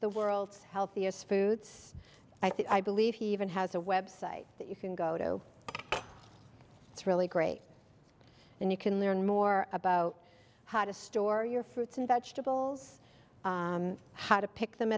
the world's healthiest foods i believe he even has a website that you can go to it's really great and you can learn more about how to store your fruits and vegetables how to pick them